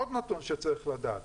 עוד נתון שצריך לדעת